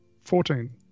Fourteen